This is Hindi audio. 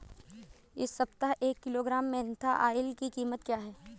इस सप्ताह एक किलोग्राम मेन्था ऑइल की कीमत क्या है?